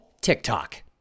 TikTok